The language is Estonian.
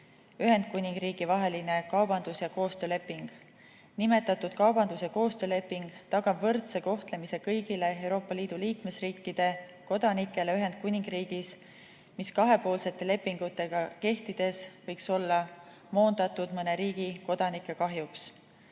Ühendatud Kuningriigi vaheline kaubandus‑ ja koostööleping. Nimetatud kaubandus‑ ja koostööleping tagab võrdse kohtlemise kõigile Euroopa Liidu liikmesriikide kodanikele Ühendkuningriigis. Kahepoolsete lepingute kehtides võiks see kohtlemine olla moonutatud mõne riigi kodanike kahjuks.